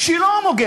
שהיא לא הומוגנית,